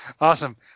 Awesome